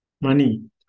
money